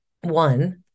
one